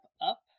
up